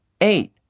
Eight